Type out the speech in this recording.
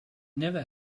never